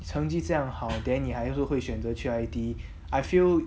成绩这样好 then 你还会会选择 I_T_E I feel